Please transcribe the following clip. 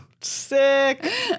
sick